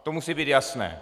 To musí být jasné.